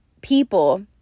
People